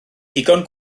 digon